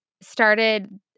started